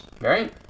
Right